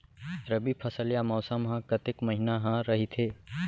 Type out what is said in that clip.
रबि फसल या मौसम हा कतेक महिना हा रहिथे?